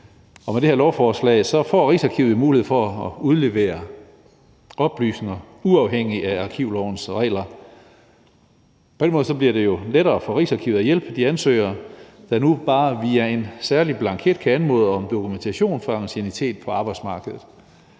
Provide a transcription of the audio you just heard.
nu. Med det her lovforslag får Rigsarkivet mulighed for at udlevere oplysninger uafhængigt af arkivlovens regler. På den måde bliver det lettere for Rigsarkivet at hjælpe de ansøgere, der nu bare via en særlig blanket kan anmode om dokumentation for anciennitet på arbejdsmarkedet.